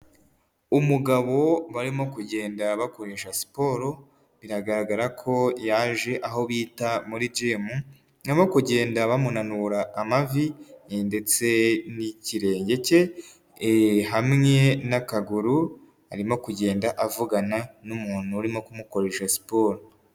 Umugabo barimo kugenda bakoresha siporo, biragaragara ko yaje aho bita muri jimu, barimo kugenda bamunura amavi ndetse n'ikirenge cye hamwe n'akaguru, arimo kugenda avugana n'umuntu urimo kumukoresha siporo.